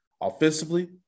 offensively